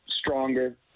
stronger